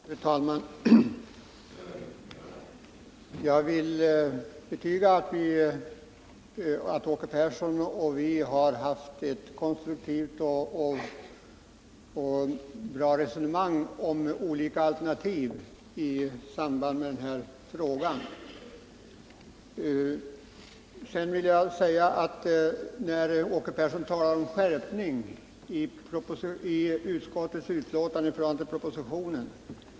Fru talman! Jag vill betyga att Åke Persson och några av oss i utskottet har haft ett konstruktivt och bra resonemang om olika alternativ i samband med denna frågas behandling. Åke Persson sade att det hade skett en skärpning i utskottets betänkande i förhållande till propositionen.